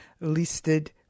listed